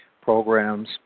programs